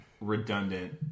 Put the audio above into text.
redundant